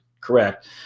Correct